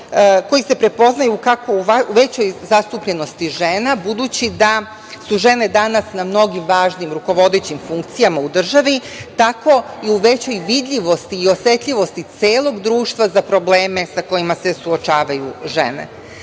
koji se prepoznaju kako u većoj zastupljenosti žena, budući da su žene danas na mnogim važnim rukovodećim funkcijama u državi, tako i u većoj vidljivosti i osetljivosti celog društva za probleme sa kojima se suočavaju žene. Želim